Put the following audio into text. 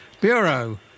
bureau